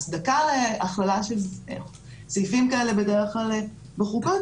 ההצדקה להכללה של סעיפים כאלה בדרך כלל בחוקות